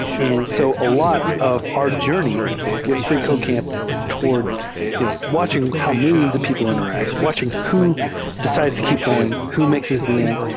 and so a lot of our journey with freecodecamp toward you know watching how mil lions of people interact, watching who decided to keep going, who makes it at the end.